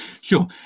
Sure